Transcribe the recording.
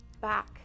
back